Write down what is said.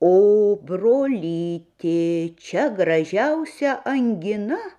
o brolyti čia gražiausia angina